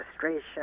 frustration